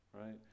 right